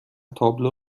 تابلو